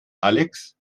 alex